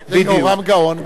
יהורם גאון בשירו המפורסם.